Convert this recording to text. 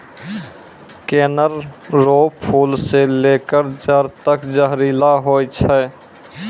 कनेर रो फूल से लेकर जड़ तक जहरीला होय छै